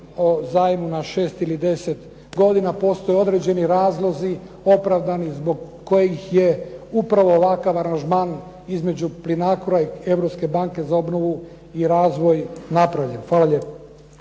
o zajmu na 6 ili 10 godina. Postoje određeni razlozi opravdani zbog kojih je upravo ovakav aranžman između Plinacroa i Europske banke za obnovu i razvoj napravljen. Hvala lijepo.